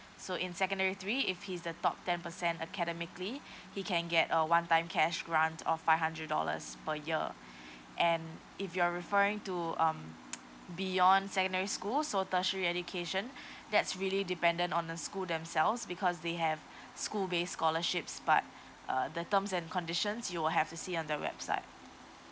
so in secondary three if he's the top ten percent academically he can get a one time cash grant of five hundred dollars per year and if you are referring to um beyond secondary school so tertiary education that's really dependent on the school themselves because they have school based scholarships but uh the terms and conditions you will have to see on the website